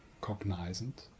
cognizant